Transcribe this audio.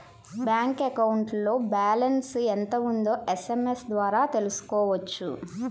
bank అకౌంట్లో balance ఎంత ఉందో ఎస్ఎంఎస్ ద్వారా తెలుసుకోవచ్చు